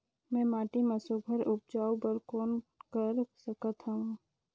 मैं माटी मा सुघ्घर उपजाऊ बर कौन कर सकत हवो?